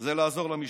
זה לעזור למשטרה.